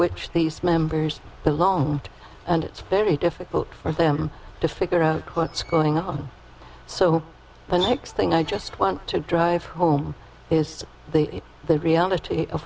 which these members belonged and it's very difficult for them to figure out what's going on so the next thing i just want to drive home is the the reality of